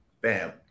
bam